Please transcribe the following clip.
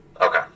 Okay